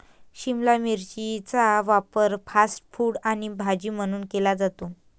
शिमला मिरचीचा वापर fast food आणि भाजी म्हणून केला जातो